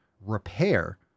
repair